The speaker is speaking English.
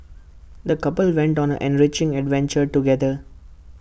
the couple went on an enriching adventure together